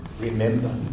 remember